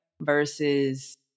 versus